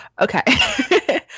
okay